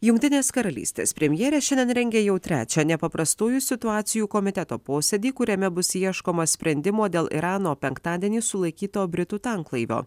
jungtinės karalystės premjerė šiandien rengia jau trečią nepaprastųjų situacijų komiteto posėdį kuriame bus ieškoma sprendimo dėl irano penktadienį sulaikyto britų tanklaivio